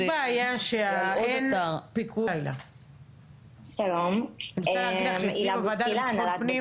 יש בעיה שאין פיקוח כרגע של הוועדה לביטחון לאומי